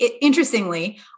interestingly